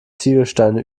ziegelsteine